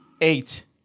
Eight